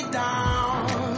down